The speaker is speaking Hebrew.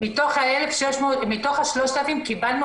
מתוך ה-3,000 קיבלנו